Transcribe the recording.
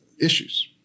issues